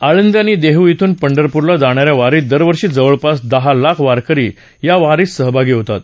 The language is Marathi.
आळदी आणि देह् श्रून पंढरपूरला जाणा या वारीत दरवर्षी जवळपास दहा लाख वारकरी या वारीत सहभागी होतात